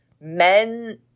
men